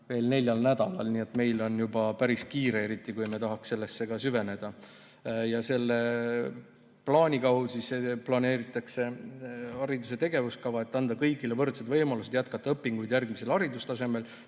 veel neljal nädalal, nii et meil on juba päris kiire, eriti kui me tahaks sellesse süveneda. Selle plaani kaudu planeeritakse hariduse tegevuskava, et anda kõigile võrdsed võimalused jätkata õpinguid järgmisel haridustasemel